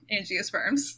angiosperms